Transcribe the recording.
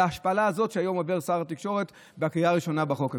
להשפלה הזאת שהיום עובר שר התקשורת בקריאה הראשונה בחוק הזה.